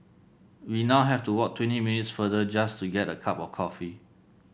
we now have to walk twenty minutes further just to get a cup of coffee